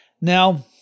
now